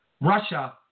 Russia